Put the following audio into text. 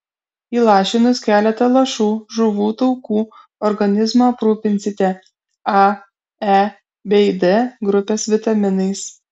įlašinus keletą lašų žuvų taukų organizmą aprūpinsite a e bei d grupės vitaminais